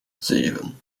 zeven